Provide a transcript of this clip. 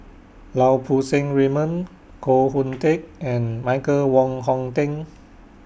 Lau Poo Seng Raymond Koh Hoon Teck and Michael Wong Hong Teng